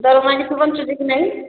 ଦରମା କିଛି ବଞ୍ଚୁଛି କି ନାହିଁ